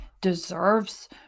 deserves